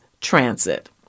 transit